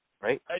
right